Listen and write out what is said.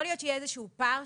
יכול להיות שיהיה איזשהו פער,